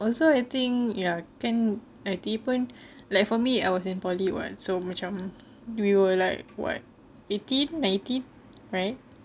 also I think ya I think I_T_E pun like for me I was in poly [what] so macam we were like what eighteen nineteen right